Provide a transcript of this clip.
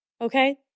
Okay